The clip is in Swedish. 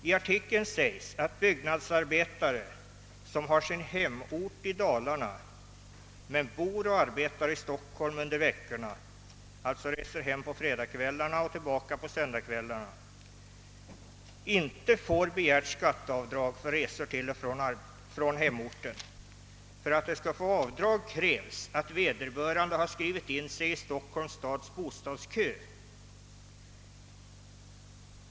I artikeln sägs att byggnadsarbetare, som har sin hemort i Dalarna men bor och arbetar i Stockholm under veckorna, d. v. s. reser hem på fredagskvällarna och tillbaka till Stockholm på söndagskvällarna, inte får begärt skatteavdrag för resor till och från hemorten. För att de skall få avdrag krävs att vederbörande har anmält sig till Stockholms stads bostadsförmedling.